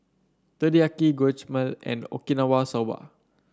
Teriyaki Guacamole and Okinawa Soba